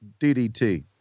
DDT